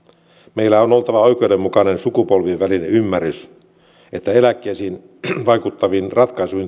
meillä on oltava oikeudenmukainen sukupolvien välinen ymmärrys että eläkkeisiin vaikuttavat ratkaisut